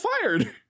fired